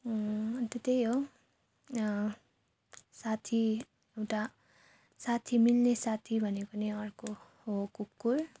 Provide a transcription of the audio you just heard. अन्त त्यही हो साथी हुँदा साथी मिल्ने साथी भनेको नै अर्को हो कुकुर